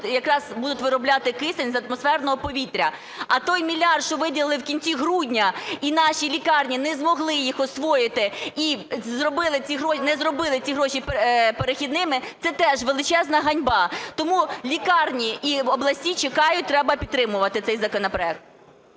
якраз виробляти кисень з атмосферного повітря. А той мільярд, що виділили в кінці грудня, і наші лікарні не змогли їх освоїти і не зробили ці гроші перехідними, – це теж величезна ганьба. Тому лікарні і області чекають. Треба підтримувати цей законопроект.